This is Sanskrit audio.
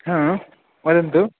हा वदन्तु